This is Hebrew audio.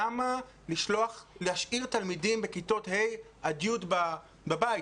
למה להשאיר תלמידים בכיתות ה' י' בבית?